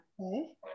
Okay